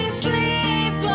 sleep